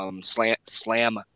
Slam